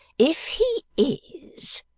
if he is!